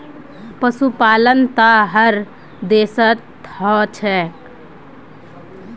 पशुपालन त हर देशत ह छेक